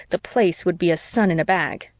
the place would be a sun in a bag.